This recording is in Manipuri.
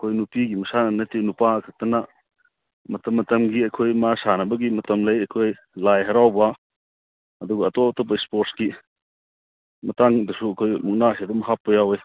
ꯑꯩꯈꯣꯏ ꯅꯨꯄꯤꯒꯤ ꯃꯁꯥꯟꯅ ꯅꯠꯇꯦ ꯅꯨꯄꯥ ꯈꯛꯇꯅ ꯃꯇꯝ ꯃꯇꯝꯒꯤ ꯑꯩꯈꯣꯏ ꯃꯥ ꯁꯥꯟꯅꯕꯒꯤ ꯃꯇꯝ ꯂꯩ ꯑꯩꯈꯣꯏ ꯂꯥꯏ ꯍꯥꯔꯥꯎꯕ ꯑꯗꯨꯒ ꯑꯇꯣꯞ ꯑꯇꯣꯞꯄ ꯁ꯭ꯄꯣꯔꯠꯁꯀꯤ ꯃꯇꯥꯡꯗꯁꯨ ꯑꯩꯈꯣꯏ ꯃꯨꯛꯅꯥꯁꯦ ꯑꯗꯨꯝ ꯍꯥꯞꯄ ꯌꯥꯎꯏ